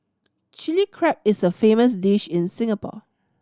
Chilli Crab is a famous dish in Singapore